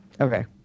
Okay